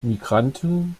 migranten